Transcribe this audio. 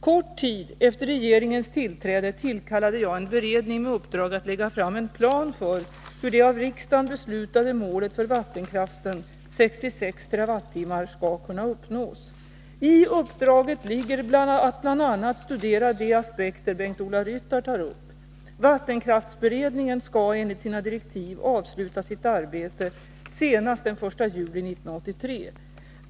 Kort tid efter regeringens tillträde tillkallade jag en beredning med uppdrag att lägga fram en plan för hur det av riksdagen beslutade målet för vattenkraften, 66 TWh, skall kunna uppnås. I uppdraget ligger att bl.a. studera de aspekter Bengt-Ola Ryttar tar upp. Vattenkraftsberedningen skall enligt sina direktiv avsluta sitt arbete senast den 1 juli 1983.